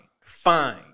fine